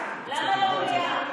למה לא מליאה?